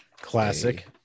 classic